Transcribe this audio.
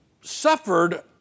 suffered